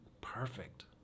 perfect